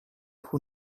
who